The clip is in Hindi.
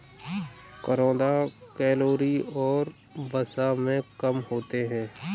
करौंदा कैलोरी और वसा में कम होते हैं